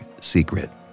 secret